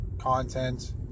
content